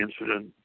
incident